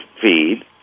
feed